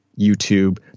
YouTube